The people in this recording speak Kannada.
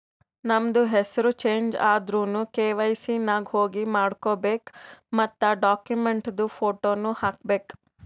ನಮ್ದು ಹೆಸುರ್ ಚೇಂಜ್ ಆದುರ್ನು ಕೆ.ವೈ.ಸಿ ನಾಗ್ ಹೋಗಿ ಮಾಡ್ಕೋಬೇಕ್ ಮತ್ ಡಾಕ್ಯುಮೆಂಟ್ದು ಫೋಟೋನು ಹಾಕಬೇಕ್